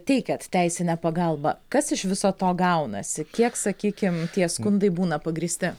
teikiat teisinę pagalbą kas iš viso to gaunasi kiek sakykim tie skundai būna pagrįsti